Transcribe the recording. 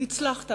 הצלחת,